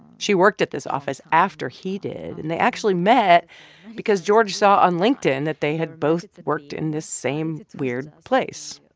she worked at this office after he did. and they actually met because george saw on linkedin that they had both worked in this same weird place.